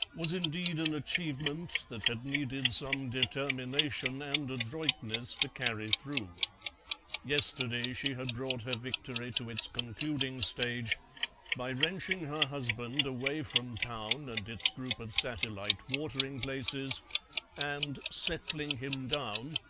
was indeed an achievement that had needed some determination and adroitness to carry through yesterday she had brought her victory to its concluding stage by wrenching her husband away from town and its group of satellite watering-places and settling him down,